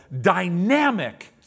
dynamic